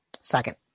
Second